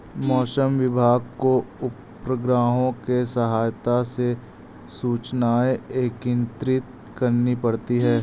मौसम विभाग को उपग्रहों के सहायता से सूचनाएं एकत्रित करनी पड़ती है